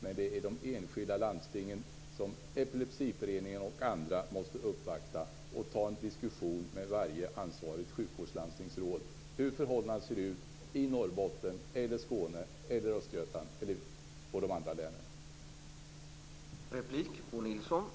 Men det är de enskilda landstingen som Epilepsiföreningen och andra måste uppvakta för att med varje ansvarigt sjukvårdslandstingsråd ta en diskussion om hur förhållandena ser ut i